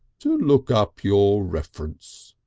to look up your reference.